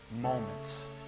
moments